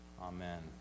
Amen